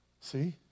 See